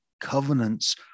covenants